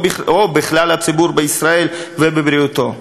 או בכלל הציבור בישראל ובבריאותו.